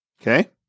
Okay